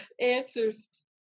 answers